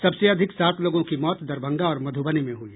सबसे अधिक सात लोगों की मौत दरभंगा और मधुबनी में हुई